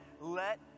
let